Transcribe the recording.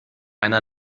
einer